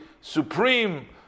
supreme